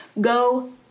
go